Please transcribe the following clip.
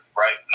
right